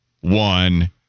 one